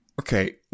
Okay